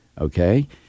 Okay